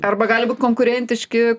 arba gali būt konkurentiški